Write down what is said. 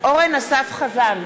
אורן אסף חזן,